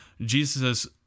Jesus